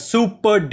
Super